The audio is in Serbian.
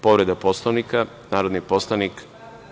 Povreda Poslovnika, narodni poslanik…